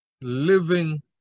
living